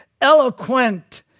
eloquent